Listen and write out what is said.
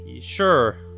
Sure